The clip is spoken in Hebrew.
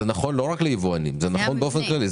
זה נכון לא רק ליבואנים, זה נכון באופן כללי.